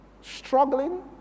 struggling